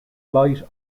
light